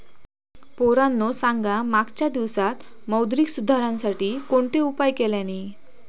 पोरांनो सांगा मागच्या दिवसांत मौद्रिक सुधारांसाठी कोणते उपाय केल्यानी?